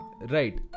Right